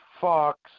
Fox